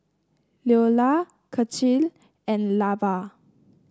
Leola Cecil and Lavar